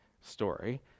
story